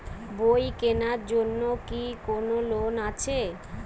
বই কেনার জন্য কি কোন লোন আছে?